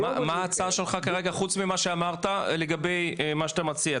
מה ההצעה שלך כרגע חוץ ממה שאמרת לגבי מה שאתה מציע?